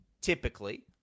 typically